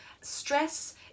stress